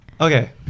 okay